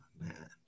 Man